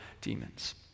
demons